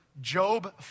Job